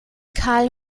karl